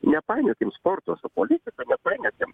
nepainiokim sporto su politika nepainiokim